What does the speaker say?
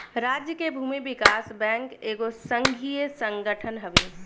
राज्य के भूमि विकास बैंक एगो संघीय संगठन हवे